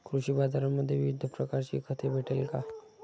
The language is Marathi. कृषी बाजारांमध्ये विविध प्रकारची खते भेटेल का?